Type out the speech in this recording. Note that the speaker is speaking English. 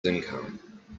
income